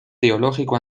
teológico